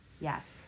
Yes